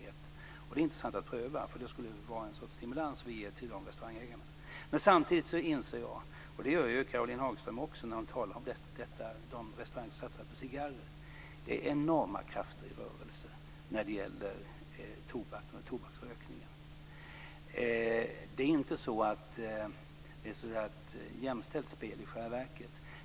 Det skulle vara intressant att pröva att ge en sådan stimulans till dessa restaurangägare. Samtidigt inser jag - och det gör ju Caroline Hagström också - att det är enorma krafter i rörelse för att få restauranger att satsa på cigarrer. I själva verket är det inte ett jämställt spel.